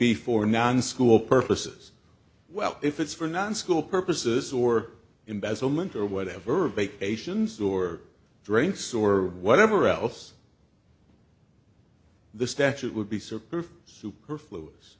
be for non school purposes well if it's for non school purposes or embezzlement or whatever vacations or drinks or whatever else the statute would be supreme super